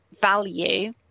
value